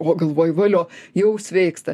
o galvoju valio jau sveiksta